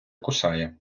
кусає